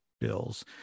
bills